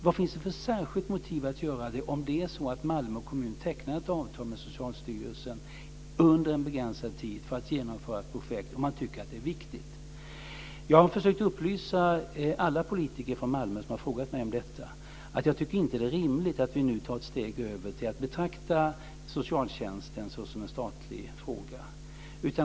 Vad finns det för särskilt motiv att göra det, om Malmö kommun tecknar ett avtal med Socialstyrelsen under en begränsad tid för att genomföra ett projekt och man tycker att det är viktigt? Jag har försökt upplysa alla politiker från Malmö som har frågat mig om detta, att jag inte tycker att det är rimligt att vi tar ett steg över och betraktar socialtjänsten som en statlig fråga.